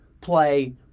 play